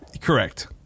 Correct